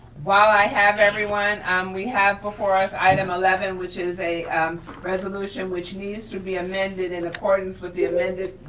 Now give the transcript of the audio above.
while i have everyone, um we have before us item eleven which is a resolution which needs to be amended in accordance with the amended